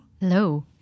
Hello